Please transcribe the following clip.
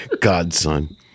Godson